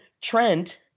Trent